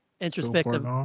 introspective